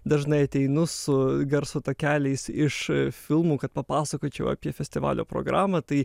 dažnai ateinu su garso takeliais iš filmų kad papasakočiau apie festivalio programą tai